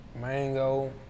mango